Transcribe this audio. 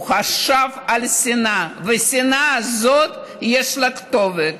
הוא חשב על שנאה, והשנאה הזאת, יש לה כתובת,